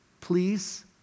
Please